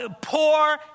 poor